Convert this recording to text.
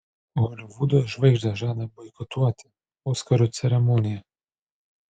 holivudo žvaigždės žada boikotuoti oskarų ceremoniją